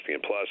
plus